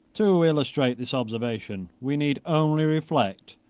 to illustrate this observation, we need only reflect,